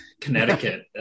Connecticut